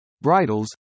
bridles